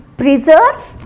preserves